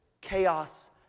chaos